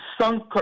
sunk